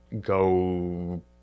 go